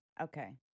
okay